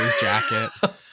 jacket